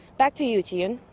back to you. ji-yoon.